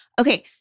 Okay